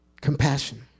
Compassion